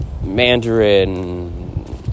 Mandarin